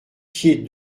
pieds